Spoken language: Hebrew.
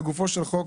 לגופו של חוק.